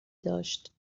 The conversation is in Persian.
داشت